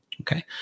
Okay